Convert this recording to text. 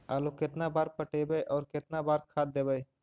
आलू केतना बार पटइबै और केतना बार खाद देबै?